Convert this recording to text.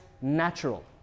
natural